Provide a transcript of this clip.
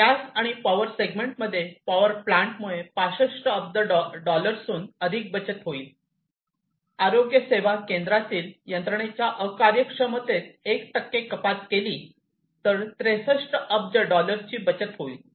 gas आणि power segment power प्लांटमुळे 65 अब्ज डॉलर्सहून अधिक बचत होईल आरोग्य सेवा केंद्रातील यंत्रणेच्या अकार्यक्षमतेत 1 टक्के कपात केली तर 63 अब्ज डॉलर्सची बचत होईल